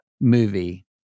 movie